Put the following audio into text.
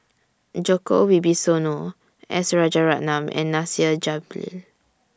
Djoko Wibisono S Rajaratnam and Nasir